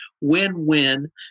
Win-Win